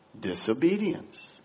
disobedience